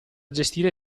gestire